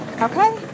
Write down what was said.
okay